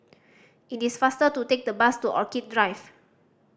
it is faster to take the bus to Orchid Drive